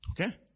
Okay